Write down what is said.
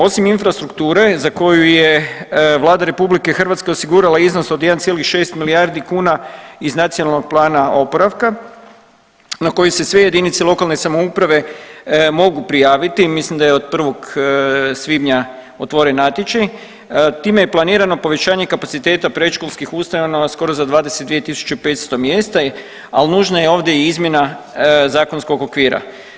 Osim infrastrukture za koju je Vlada RH osigurala iznos od 1,6 milijardi kuna iz Nacionalnog plana oporavka na koji se sve jedinice lokalne samouprave mogu prijaviti, mislim da je od 1. svibnja otvoren natječaj, time je planirano povećanje kapaciteta predškolskih ustanova skoro za 22.500 mjesta, ali nužna je ovdje i izmjena zakonskog okvira.